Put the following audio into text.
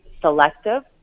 selective